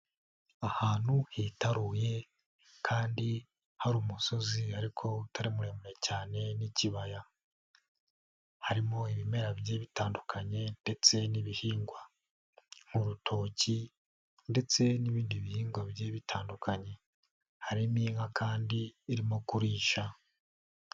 Ahantu hitaruye kandi hari umusozi ariko utari muremure cyane n'ikibaya, harimo ibimera bigiye bitandukanye ndetse n'ibihingwa, hari urutoki ndetse n'ibindi bihingwa bigiye bitandukanye, harimo inka kandi irimo kurisha.